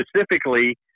specifically